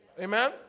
Amen